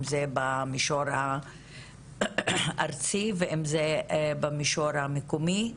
אם זה במישור הארצי ואם זה במישור המקומי,